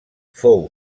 fou